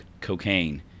cocaine